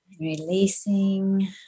Releasing